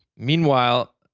meanwhile,